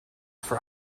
for